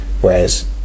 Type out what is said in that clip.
whereas